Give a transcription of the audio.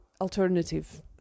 alternative